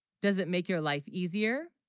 does it make your life easier